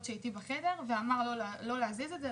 שאיתי בחדר וביקש לא להזיז את זה,